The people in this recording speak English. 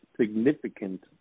significant